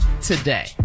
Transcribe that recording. today